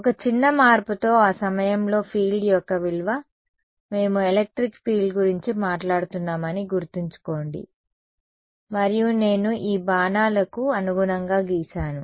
ఒక చిన్న మార్పుతో ఆ సమయంలో ఫీల్డ్ యొక్క విలువ మేము ఎలక్ట్రిక్ ఫీల్డ్ గురించి మాట్లాడుతున్నామని గుర్తుంచుకోండి మరియు నేను ఈ బాణాలకు అనుగుణంగా గీసాను